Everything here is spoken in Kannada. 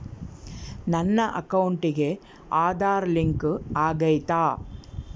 ನನ್ನ ಅಕೌಂಟಿಗೆ ಆಧಾರ್ ಲಿಂಕ್ ಆಗೈತಾ?